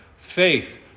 faith